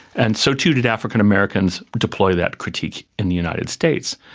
and so too did african americans deploy that critique in the united states.